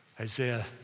Isaiah